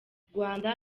rwanda